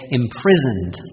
imprisoned